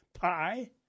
pie